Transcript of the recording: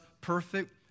perfect